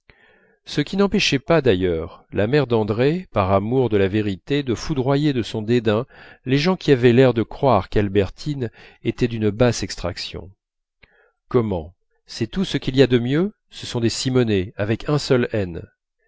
ce qui n'empêchait pas d'ailleurs la mère d'andrée par amour de la vérité de foudroyer de son dédain les gens qui avaient l'air de croire qu'albertine était d'une basse extraction comment c'est tout ce qu'il y a de mieux ce sont des simonet avec un seul